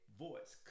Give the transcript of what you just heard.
voice